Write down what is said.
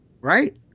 Right